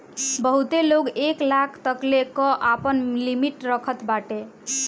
बहुते लोग एक लाख तकले कअ आपन लिमिट रखत बाटे